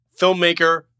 filmmaker